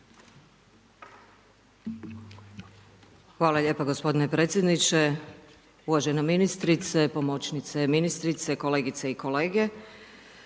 Hvala lijepa gospodine predsjedniče, uvažena ministrice, pomoćnice ministrice, kolegice i kolege.